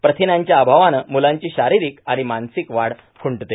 प्रथिनांच्या अभावानं मुलांची शारिरिक आणि मानसिक वाढ खुंटते